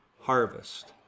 harvest